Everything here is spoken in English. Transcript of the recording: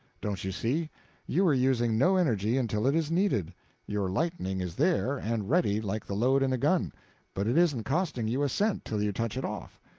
don't you see you are using no energy until it is needed your lightning is there, and ready, like the load in a gun but it isn't costing you a cent till you touch it off.